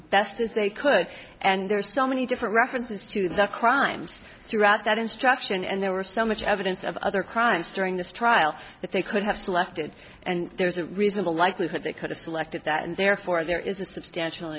best as they could and there are so many different references to the crimes throughout that instruction and there was so much evidence of other crimes during this trial that they could have selected and there's a reasonable likelihood they could have selected that and therefore there is a substantial